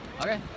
Okay